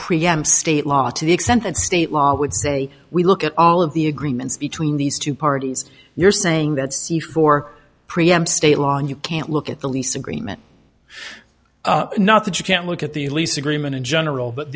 preempt state law to the extent that state law would say we look at all of the agreements between these two parties you're saying that's before preempt state law you can't look at the lease agreement not that you can't look at the lease agreement in general but